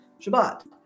Shabbat